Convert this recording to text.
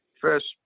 first